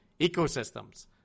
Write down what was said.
ecosystems